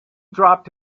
dropped